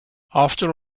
after